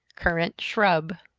currant shrub.